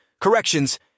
corrections